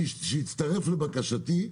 אני עדיין מבקש מן היושב-ראש שיצטרף לבקשתי,